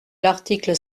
l’article